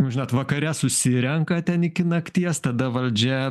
žinot vakare susirenka ten iki nakties tada valdžia